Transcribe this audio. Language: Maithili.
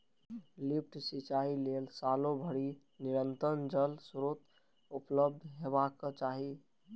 लिफ्ट सिंचाइ लेल सालो भरि निरंतर जल स्रोत उपलब्ध हेबाक चाही